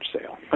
sale